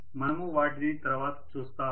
మనము వాటిని తర్వాత చూస్తాము